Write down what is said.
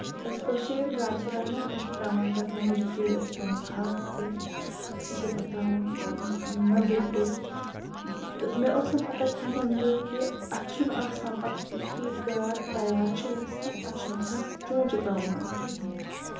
أسۍ کٲشِر ییٚلہِ گاڈٕ چھِ رَنان أسۍ چھِ تراوان تَتھ مُجہِ تہِ أسۍ چھِ تراوان ہاکھ تہِ أسۍ چھِ تَتھ تراوان نَدٕر تہِ تہٕ مےٚ ٲس نہٕ پَتہہ کِہیٖنۍ تہٕ کہِ اَتھ چھُنہٕ آسان پَتہٕ یِتھُے یہِ گاڈ تَیار چھُ گژھان اَتہِ چھُنہٕ آسان چونچہٕ تراوُن منٛز کِہیٖنۍ تہٕ